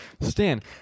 Stan